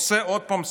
עושה עוד פעם סיבוב.